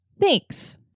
Thanks